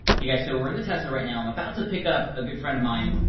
hey guys, so we're in the tesla right now. i'm about to pick up a good friend of mine.